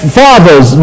fathers